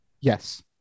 Yes